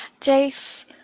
Jace